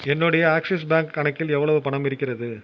என்னுடைய Axis bank கணக்கில் எவ்வளவு பணம் இருக்கிறது